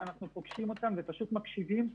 אנחנו פשוט מקשיבים להם.